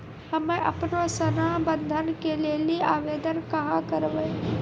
हम्मे आपनौ सोना बंधन के लेली आवेदन कहाँ करवै?